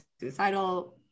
suicidal